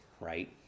right